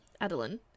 Adeline